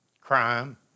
crime